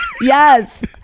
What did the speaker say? Yes